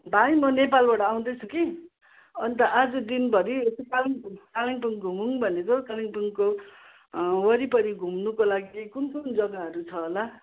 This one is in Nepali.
भाइ म नेपालबाट आउँदैछु कि अन्त आज दिनभरि यसो कालिम्पोङ कालिम्पोङ घुमौँ भनेको कालिम्पोङको वरिपरि घुम्नुको लागि कुन कुन जग्गाहरू छ होला